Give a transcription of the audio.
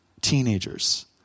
teenagers